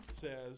says